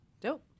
Dope